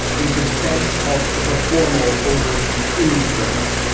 a defense of the formal over the informal.